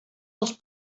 als